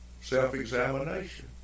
self-examination